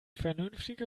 vernünftige